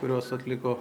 kuriuos atliko